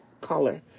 color